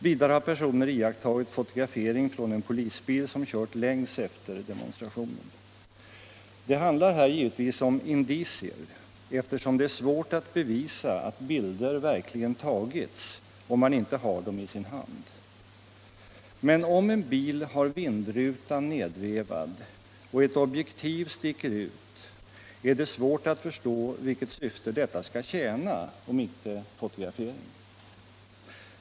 Vidare har personer iakttagit fotografering från en polisbil som kört längs efter demonstrationen. Det handlar här givetvis om indicier eftersom det är svårt att visa att bilder verkligen tagits om man inte har dem i sin hand. Men om en bil har vindrutan nedvevad och ett objektiv sticker ut är det svårt att förstå vilket syfte detta skall tjäna om inte fotografering.